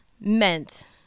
meant